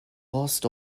lost